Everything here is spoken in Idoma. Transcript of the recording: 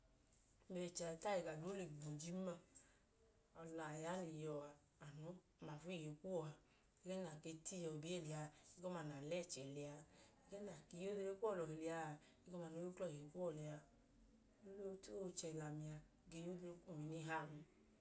ọla a ya lẹ iyuwọ a, anu mafu iye kuwọ a. Ẹgẹẹ na tu iyuwọ biye lẹ a, ẹgọma nẹ a lẹchẹ lẹ a. ẹgẹẹ na key a odre kuwọ lọhi lẹ a, ẹgọma noo yuklọ iye kuwọ lẹ a. So o i chẹ lẹ ami a ge ya odre kum eni hawọn niha.